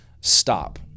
Stop